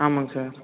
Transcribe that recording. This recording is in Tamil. ஆமாங்க சார்